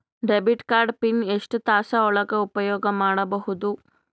Debit card PIN ಎಷ್ಟ ತಾಸ ಒಳಗ ಉಪಯೋಗ ಮಾಡ್ಬಹುದು?